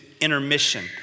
intermission